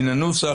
מן הנוסח,